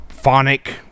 Phonic